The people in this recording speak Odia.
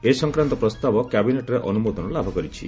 ଏ ସଂକ୍ରାନ୍ତ ପ୍ରସ୍ତାବ କ୍ୟାବିନେଟ୍ରେ ଅନୁମୋଦନ ଲାଭ କରିଛି